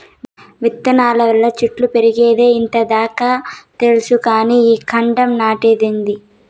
విత్తనాల వల్ల చెట్లు పెరిగేదే ఇంత దాకా తెల్సు కానీ ఈ కాండం నాటేదేందీ